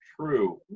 true